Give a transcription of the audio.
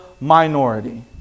minority